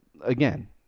again